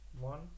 One